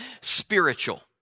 spiritual